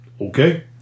Okay